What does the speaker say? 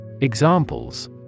Examples